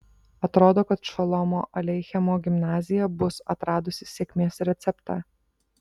atrodo kad šolomo aleichemo gimnazija bus atradusi sėkmės receptą